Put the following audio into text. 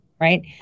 right